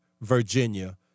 Virginia